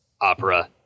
Opera